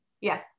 Yes